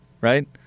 right